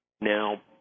Now